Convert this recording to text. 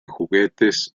juguetes